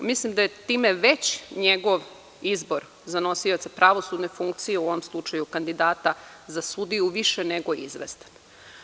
Mislim da je time već njegov izbor za nosioca pravosudne funkcije u ovom slučaju kandidata za sudiju više nego izvestan.